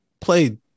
played